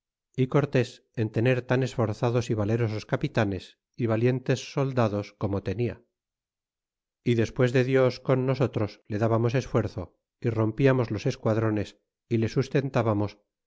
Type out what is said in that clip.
y cortés en tener tan esforzados y valerosos capitanes y valientes soldados como tenía é despues de dios con nosotros le dbamos esfuerzo y rompiamos los esquadrones y le sustentábamos